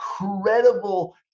incredible